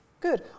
Good